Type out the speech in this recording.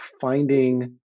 finding